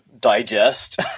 digest